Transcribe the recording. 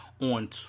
on